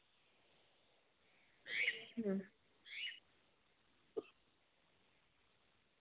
ᱦᱩᱸ